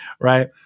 right